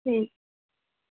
ठीक